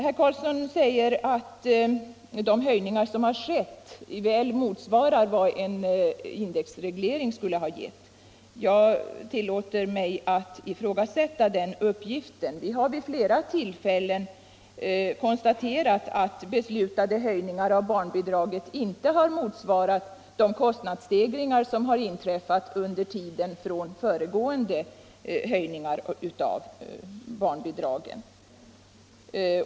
Herr Karlsson säger att de höjningar som har skett väl motsvarar vad en indexreglering skulle ha gett. Jag tillåter mig att ifrågasätta den uppgiften. Vi har vid flera tillfällen konstaterat att beslutade höjningar av barnbidraget inte har motsvarat de kostnadsstegringar som har inträffat under tiden från föregående höjning av barnbidraget.